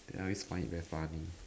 then I always find it very funny